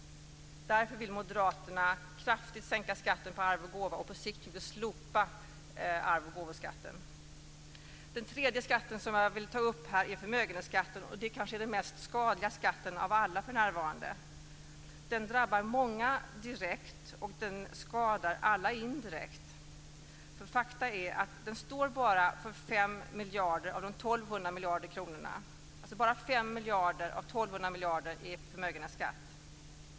Därför vill Moderaterna kraftigt sänka skatten på arv och gåva och på sikt slopa den. Den tredje skatten som jag vill ta upp är förmögenhetsskatten. Det är kanske den mest skadliga skatten av alla för närvarande. Den drabbar många direkt och den skadar alla indirekt. Faktum är att den bara står för 5 miljarder av de 1 200 miljarder kronorna.